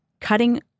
cutting